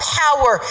power